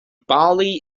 bali